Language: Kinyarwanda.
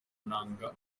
nanga